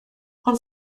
ond